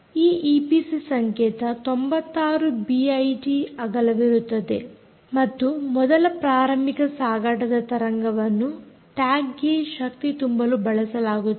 ಈ ಈಪಿಸಿ ಸಂಕೇತ 96 ಬಿಐಟಿ ಅಗಲವಿರುತ್ತದೆ ಮತ್ತು ಮೊದಲ ಪ್ರಾರಂಭಿಕ ಸಾಗಾಟದ ತರಂಗವನ್ನು ಟ್ಯಾಗ್ ಗೆ ಶಕ್ತಿ ತುಂಬಲು ಬಳಸಲಾಗುತ್ತದೆ